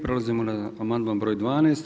Prelazimo na amandman br. 12.